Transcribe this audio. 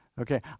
Okay